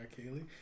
Kaylee